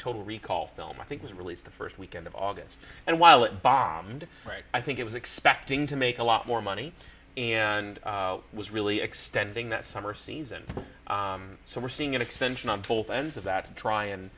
total recall film i think was released the first weekend of august and while it bombed right i think it was expecting to make a lot more money and was really extending that summer season so we're seeing an extension i'm told ends of that and try and